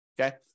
Okay